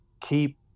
keep